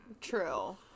true